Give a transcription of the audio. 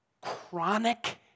chronic